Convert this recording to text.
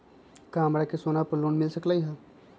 का हमरा के सोना पर लोन मिल सकलई ह?